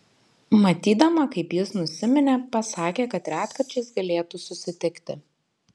matydama kaip jis nusiminė pasakė kad retkarčiais galėtų susitikti